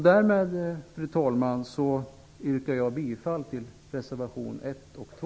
Därmed, fru talman, yrkar jag bifall till reservationerna 1 och 2.